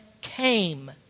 came